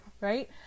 right